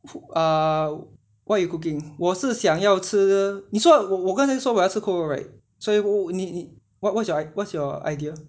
err what you cooking 我是想要吃你说我刚才说我要吃扣肉 right 所以我我你你 what's your what's your idea